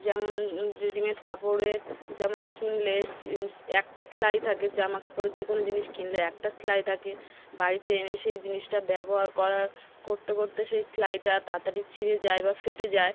যেমন রেডিমেট কাপড়ের যেমন কিনলে জিনি একটা সেলাই থাকে জামাকাপড়ে যে কোনো জিনিস কিনলে একটা সেলাই থাকে বাড়িতে এনে সেই জিনিসটা ব্যবহার করার করতে করতে সে সেলাইটা তাড়াতাড়ি ছিঁড়ে যায় বা ফেটে যায়